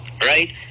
right